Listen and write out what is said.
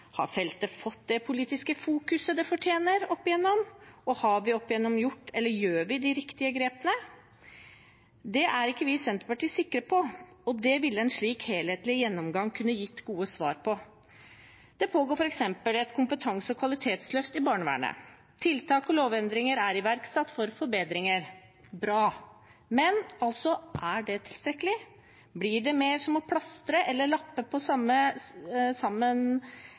Har feltet fått det politiske fokuset det fortjener, opp igjennom? Har vi opp igjennom tatt – eller tar vi – de riktige grepene? Det er ikke vi i Senterpartiet sikre på, og det ville en slik helhetlig gjennomgang kunne gi gode svar på. Det pågår f.eks. et kompetanse- og kvalitetsløft i barnevernet. Tiltak og lovendringer er iverksatt for forbedringer. Det er bra. Men er det tilstrekkelig? Blir det mer som å plastre eller lappe på